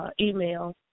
email